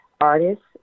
artists